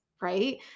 right